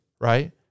right